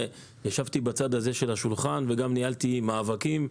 ישבתי בצד הזה של השולחן וניהלתי מאבקים,